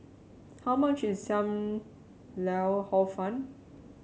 how much is Sam Lau Hor Fun